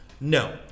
No